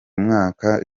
mwaka